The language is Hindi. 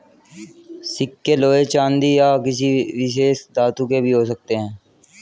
सिक्के लोहे चांदी या किसी विशेष धातु के भी हो सकते हैं